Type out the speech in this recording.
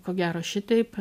ko gero šitaip